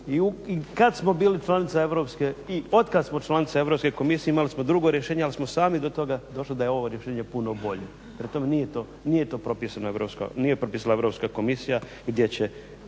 i kad smo bili članica Europske i otkad smo članica Europske komisije imali smo drugo rješenje ali smo sami do toga došli da je ovo rješenje puno bolje. Prema tome nije to propisala Europska komisija gdje će